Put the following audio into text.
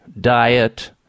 diet